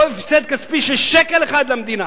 לא הפסד כספי של שקל אחד למדינה.